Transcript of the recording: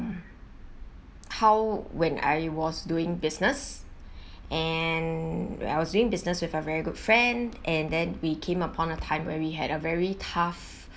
how when I was doing business and I was doing business with a very good friend and then we came upon a time where we had a very tough